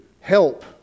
help